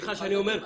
סליחה שאני אומר,